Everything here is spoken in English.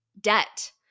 Debt